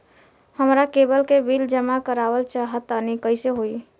हमरा केबल के बिल जमा करावल चहा तनि कइसे होई?